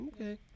Okay